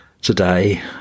today